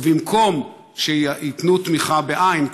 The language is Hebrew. ובמקום שייתנו תמיכה בעין,